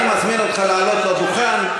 אני מזמין אותך לעלות לדוכן,